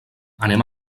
anem